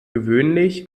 gewöhnlich